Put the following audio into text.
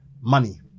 Money